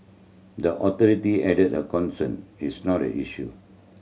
the authority added the is not a issue